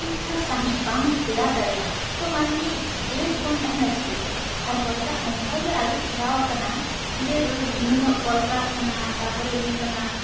ᱴᱷᱤᱠ ᱴᱷᱟᱠ ᱥᱟᱦᱮᱸᱫ ᱵᱟᱝ ᱛᱮᱭᱟᱨ ᱫᱟᱲᱮᱭᱟᱜ ᱟ ᱛᱚ ᱢᱟᱹᱱᱢᱤ ᱡᱤᱣᱮᱫ ᱵᱚᱱ ᱛᱟᱦᱮᱱᱟ ᱪᱤᱠᱟᱹᱛᱮ ᱟᱨ ᱦᱚᱭ ᱫᱟᱜ ᱱᱚᱝᱠᱟ ᱜᱮ ᱟᱹᱨᱩ ᱯᱷᱮᱨᱟᱣ ᱟᱠᱟᱱᱟ ᱡᱮ ᱱᱩᱱᱟᱹᱜ ᱠᱚᱞᱠᱟᱨᱠᱷᱟᱱᱟ ᱛᱟᱨᱯᱚᱨᱮ ᱦᱩᱭᱩᱜ ᱠᱟᱱᱟ